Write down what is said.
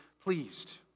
pleased